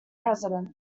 president